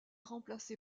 remplacé